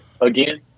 Again